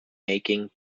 making